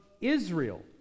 Israel